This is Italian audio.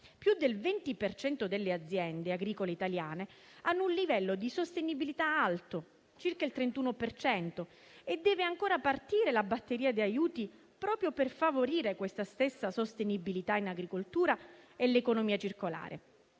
per cento delle aziende agricole italiane ha un livello di sostenibilità alto, circa il 31 per cento, e deve ancora partire la batteria di aiuti proprio per favorire questa stessa sostenibilità in agricoltura e l'economia circolare.